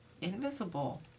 invisible